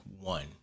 one